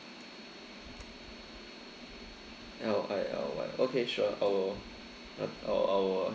L I L Y okay sure I will I will